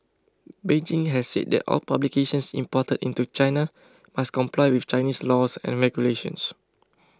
Beijing has said that all publications imported into China must comply with Chinese laws and regulations